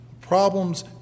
Problems